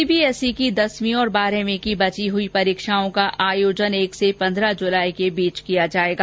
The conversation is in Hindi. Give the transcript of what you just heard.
सीबीएसई की दसवीं और बारहवीं की बची हुई परीक्षाओं का आयोजन एक से पन्द्रह जुलाई के बीच किया जाएगा